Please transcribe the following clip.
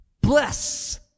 Bless